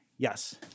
Yes